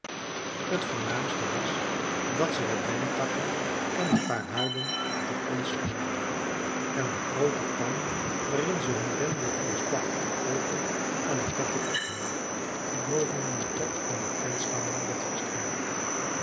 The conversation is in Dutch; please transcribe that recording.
t voornaamste was dat ze wat dennetakken en een paar huiden op den grond spreidden en de groote pan waarin ze hun rendiervleesch plachten te koken aan een ketting ophingen die boven aan den top van de tentstangen werd vastgemaakt